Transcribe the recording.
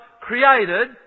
created